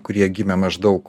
kurie gimę maždaug